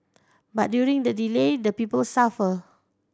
but during the delay the people suffer